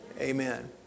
Amen